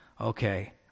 Okay